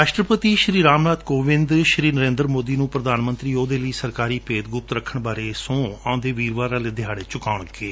ਰਾਸ਼ਟਰਪਤੀ ਰਾਮਨਾਥ ਕੋਵਿੰਦ ਸ਼ੀ ਨਰੇਂਦਰ ਮੋਦੀ ਨੁੰ ਪ੍ਰਧਾਨ ਮੰਤਰੀ ਅਹੁਦੇ ਲਈ ਸਰਕਾਰੀ ਭੇਦ ਗੁਪਤ ਰੱਖਣ ਬਾਰੇ ਸਹੁੰ ਆਉਂਦੇ ਵੀਰਵਾਰ ਵਾਲੇ ਦਿਹਾੜੇ ਚੁਕਾਉਣਗੇ